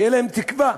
שתהיה להם תקווה.